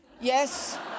Yes